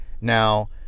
Now